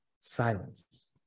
silence